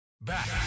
Back